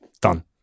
done